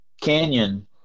canyon